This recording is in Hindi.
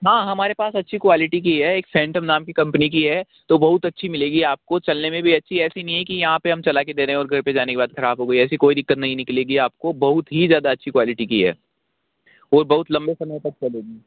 हाँ हमारे पास अच्छी क्वालिटी की है एक सेंटर नाम की कंपनी की है तो बहुत अच्छी मिलेगी आपको चलने में भी अच्छी ऐसी नहीं है कि यहाँ पे हम चलाके दे रहे हैं और घर पे जाने के बाद खराब हो गई ऐसी कोई दिक्कत नहीं निकलेगी आपको बहुत ही ज़्यादा अच्छी क्वालिटी की है ओर बहुत लंबे समय तक चलेगी